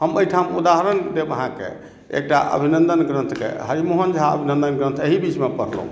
हम एहिठाम उदाहरण देब अहाँके एकटा अभिनन्दन ग्रन्थके हरिमोहन झा अभिनन्दन ग्रन्थ एही बीचमे पढ़लहुँ हेँ